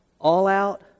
all-out